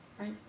right